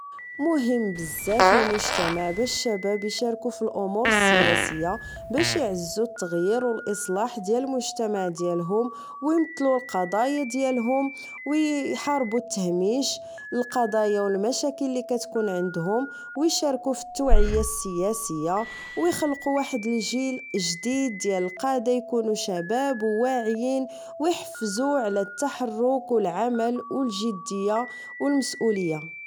مهم بزاف المجتمع باش الشباب إشاركو فالأمور السياسية باش إعززو التغير أو الإصلاح ديال المجتمع ديالهوم ويمتلو القضايا ديالهوم ويحاربو التهميش القضايا و المشاكل لي كتكون عندهم ويشاركو فالتوعية السياسية ويخلقو واحد الجيل جديد ديال القادة إيكونو شباب و واعين ويحفزو على التحرك و العمل و الجدية و المسؤول